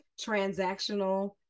transactional